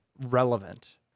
relevant